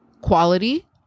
quality